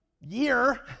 year